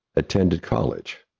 attended college.